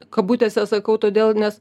kabutėse sakau todėl nes